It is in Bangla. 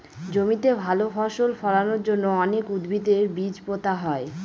জমিতে ভালো ফসল ফলানোর জন্য অনেক উদ্ভিদের বীজ পোতা হয়